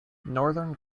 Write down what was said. northern